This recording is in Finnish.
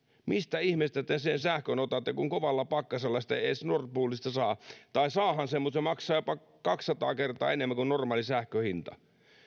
mistä ihmeestä te sen sähkön otatte kun kovalla pakkasella sitä ei edes nord poolista saa tai saahan sitä mutta se maksaa jopa kaksisataa kertaa enemmän kuin normaali sähkön hinta